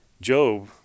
Job